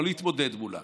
לא להתמודד מולה